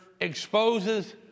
exposes